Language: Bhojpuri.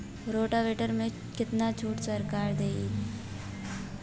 रोटावेटर में कितना छूट सरकार देही?